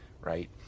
right